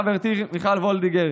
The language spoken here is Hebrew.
חברתי מיכל וולדיגר,